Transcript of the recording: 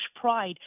pride